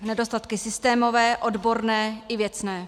Nedostatky systémové, odborné i věcné.